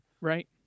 right